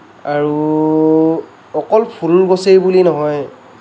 আৰু অকল ফুল গছেই বুলি নহয়